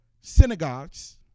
synagogues